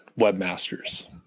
Webmasters